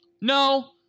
No